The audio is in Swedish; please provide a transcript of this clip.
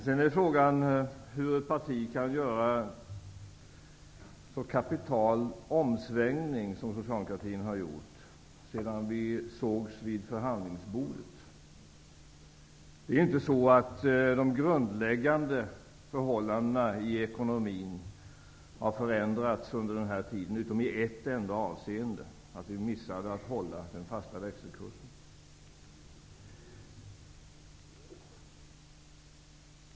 Sedan är frågan hur ett parti kan göra en så kapital omsvängning som Socialdemokraterna har gjort sedan vi sågs vid förhandlingsbordet. Det är ju inte så, att de grundläggande förhållandena i ekonomin har förändrats under den här tiden -- utom i ett enda avseende, att vi missade att hålla den fasta växelkursen.